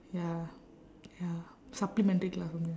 ya ya supplementary class only lah